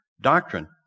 doctrine